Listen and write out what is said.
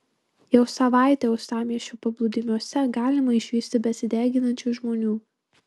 jau savaitę uostamiesčio paplūdimiuose galima išvysti besideginančių žmonių